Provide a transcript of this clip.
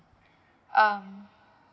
um